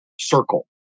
circle